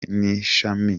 n’ishami